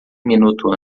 minuto